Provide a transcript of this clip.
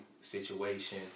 situation